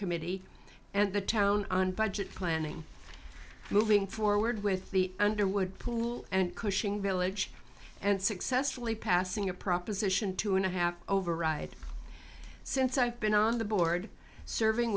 committee and the town on budget planning moving forward with the underwood pool and cushing village and successfully passing a proposition two and a half override since i've been on the board serving